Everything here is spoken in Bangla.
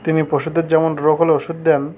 তিনি পশুদের যেমন রোগ হলে ওষুধ দেন